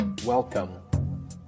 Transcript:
Welcome